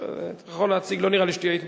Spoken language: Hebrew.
אתה יכול להציג, לא נראה לי שתהיה התנגדות.